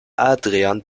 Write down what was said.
adrian